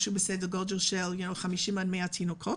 סדר גודל של 50 100 תינוקות,